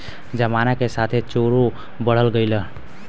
जमाना के साथे चोरो बढ़ गइलन